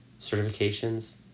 Certifications